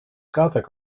gothic